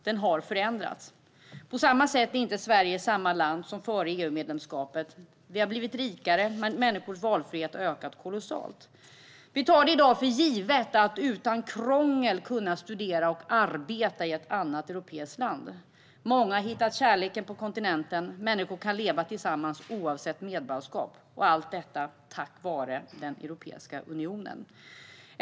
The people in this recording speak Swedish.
Den har förändrats. På samma sätt är inte Sverige samma land som före EU-medlemskapet. Vi har blivit rikare, och människors valfrihet har ökat kolossalt. Vi tar i dag för givet att man utan krångel ska kunna studera och arbeta i ett annat europeiskt land. Många har hittat kärleken på kontinenten. Människor kan leva tillsammans oavsett medborgarskap - allt detta tack vare Europeiska unionen.